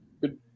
Good